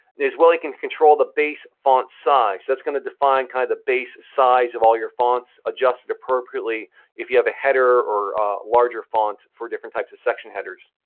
and as well you can control the base font size. that's gonna define kind of the base size of all your fonts, adjust it appropriately if you have a header or a larger font for different type of section headers.